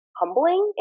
humbling